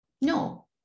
No